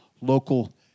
local